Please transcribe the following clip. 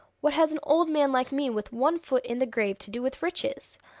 what has an old man like me with one foot in the grave to do with riches?